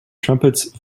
trumpets